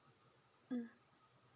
mm